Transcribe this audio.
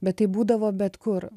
bet tai būdavo bet kur